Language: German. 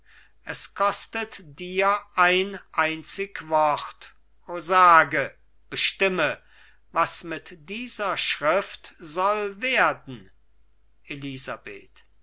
es kostet dir ein einzig wort o sage bestimme was mit dieser schrift soll werden elisabeth